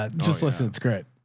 ah just listen. it's great.